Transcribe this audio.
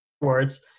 words